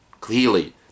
clearly